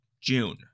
June